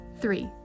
three